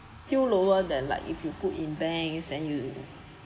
still lower than like if you put in banks then you